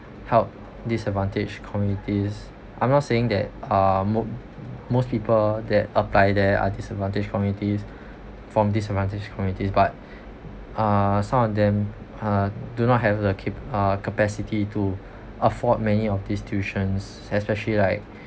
help disadvantaged communities i'm not saying that uh mo~ most people that apply there are disadvantaged communities from disadvantaged communities but uh some of them uh do not have the cap~ uh capacity to afford many of these tuitions especially like